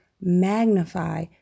magnify